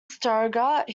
stuttgart